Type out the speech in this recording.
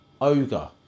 ogre